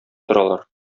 торалар